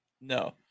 No